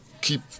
keep